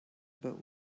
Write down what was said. both